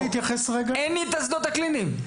ואין לי שדות קליניים,